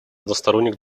односторонних